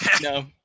No